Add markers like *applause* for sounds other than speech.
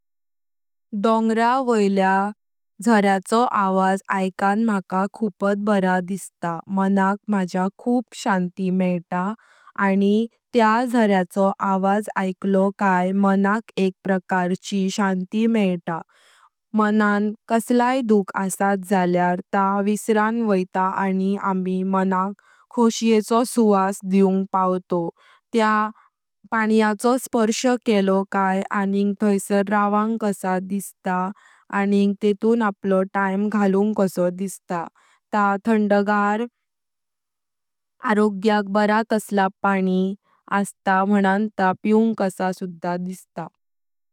डोंगरांव वाळल्या झाड्याचो आवाज आइकण माका खूपत बरां दिसता मनाक मज्या खूप शांति मेळता आनी त्या झाड्याचो आवाज आइकल्लो कयां मनाक एक प्रकार ची शांति मेळता, मनान कसल्य दुःख असत जाळ्यार ता विसरां वोयता आनी आमी मनाक खुशीचो सुवास दिवण पाव्तोव, त्या पाण्याचो स्पर्श केल्लो कयां आनी थैसर रावां कसा दिसता आनी तेतूं आपलो टाइम घालूं कासो दिसता। ता तांडगार आरोग्य *hesitation* बरां तसलां पाणी असता मनान ता पिवण कासा सुधा दिसता।